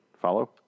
follow